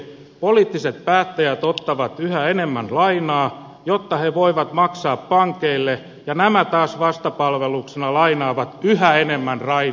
poliittiset päättäjät ottavat yhä enemmän lainaa jotta he voivat maksaa pankeille ja nämä taas vastapalveluksena lainaavat yhä enemmän rahaa valtioille